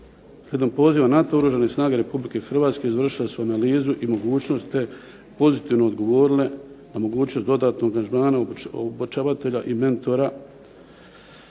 Slijedom poziva NATO-a Oružane snage RH izvršile su analizu i mogućnost te pozitivno odgovorile na mogućnost dodatnog angažmana obučavatelja i mentora koji